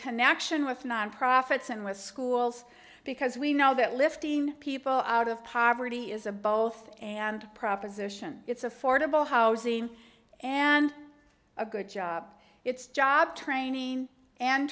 connection with non profits and with schools because we know that lifting people out of poverty is a both and proposition it's affordable housing and a good job it's job training and